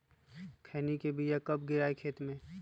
खैनी के बिया कब गिराइये खेत मे?